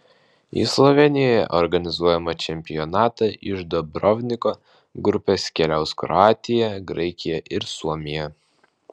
į slovėnijoje organizuojamą čempionatą iš dubrovniko grupės keliaus kroatija graikija ir suomija